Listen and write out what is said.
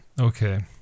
Okay